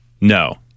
No